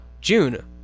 june